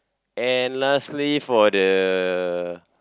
and lastly for the